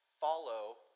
follow